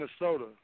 Minnesota